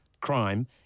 crime